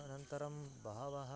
अनन्तरं बहवः